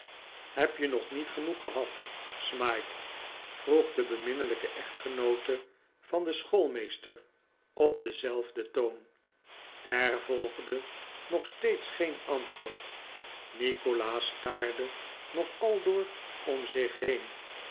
heb je nog niet genoeg gehad smike vroeg de beminnelijke echtgenoote van den schoolmeester op denzelfden toon er volgdenog steeds geen antwoord nikolaas staarde nog aldoor pm zich heen